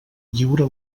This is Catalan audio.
lliure